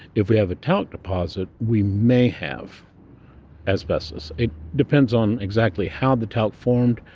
if we have a talc deposit, we may have asbestos. it depends on exactly how the talc formed,